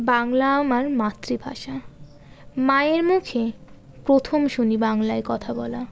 বাংলা আমার মাতৃভাষা মায়ের মুখে প্রথম শুনি বাংলায় কথা বলা